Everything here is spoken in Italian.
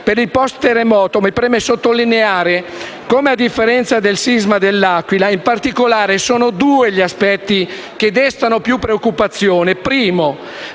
Per il *post* terremoto mi preme sottolineare come, a differenza del sisma dell'Aquila, in particolare sono due gli aspetti che destano preoccupazione: